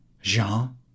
jean